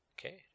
okay